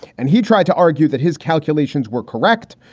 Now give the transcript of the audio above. and he tried to argue that his calculations were correct.